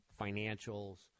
financials